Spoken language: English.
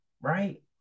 right